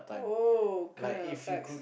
oh kind of affects